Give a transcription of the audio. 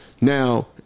Now